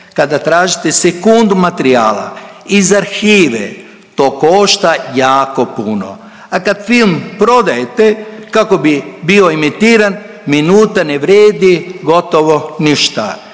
Kada tražite sekundu materijala iz arhive to košta jako puno, a kad film prodajete kako bi bio emitiran minuta ne vrijedi gotovo ništa.